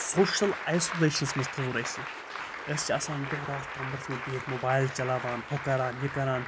social آیسولیشَنَس منٛز تھٲوٕن اَسہِ یہِ أسۍ چھِ آسان دۄہ رات کَمرَس منٛز بِہِتھ موبایِل چَلاوان ہُہ کَران یہِ کَران